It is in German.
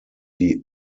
die